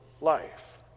life